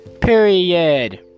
Period